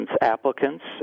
applicants